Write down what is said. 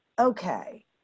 Okay